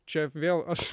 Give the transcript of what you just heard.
čia vėl aš